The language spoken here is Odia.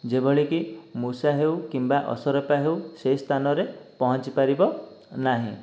ଯେଉଁଭଳିକି ମୂଷା ହେଉ କିମ୍ବା ଅସରପା ହେଉ ସେହି ସ୍ଥାନରେ ପହଞ୍ଚି ପାରିବନାହିଁ